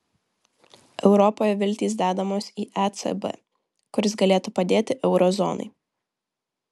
europoje viltys dedamos į ecb kuris galėtų padėti euro zonai